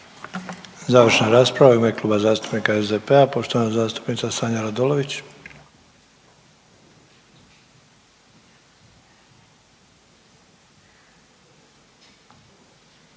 Završna rasprava u ime Kluba zastupnika SDP-a poštovana zastupnica Sanja RAdolović.